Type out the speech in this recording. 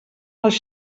els